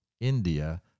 India